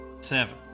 seven